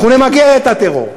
אנחנו נמגר את הטרור,